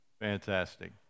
Fantastic